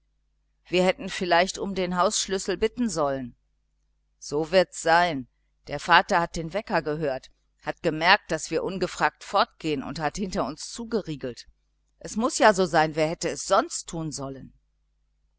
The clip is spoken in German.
wir hätten vielleicht um den hausschlüssel bitten sollen so wird's sein der vater hat den wecker gehört hat gemerkt daß wir ungefragt fortgehen und hat hinter uns zugeriegelt es muß ja so sein wer hätte es sonst tun sollen